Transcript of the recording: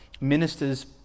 ministers